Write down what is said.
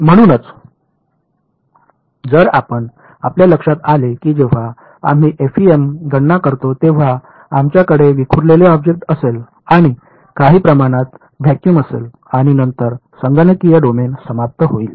म्हणूनच जर आपण आपल्या लक्षात आले की जेव्हा आम्ही एफईएम गणना करतो तेव्हा आमच्याकडे विखुरलेले ऑब्जेक्ट असेल आणि काही प्रमाणात व्हॅक्यूम असेल आणि नंतर संगणकीय डोमेन समाप्त होईल